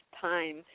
time